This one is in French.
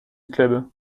club